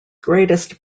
greatest